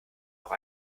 noch